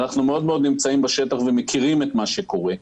אנחנו נמצאים בשטח ומכירים את מה שקורה.